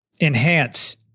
enhance